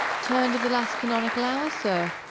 turned of the last canonical hour, sir.